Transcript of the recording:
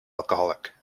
alcoholic